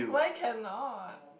why cannot